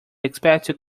expected